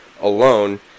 alone